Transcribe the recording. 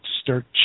start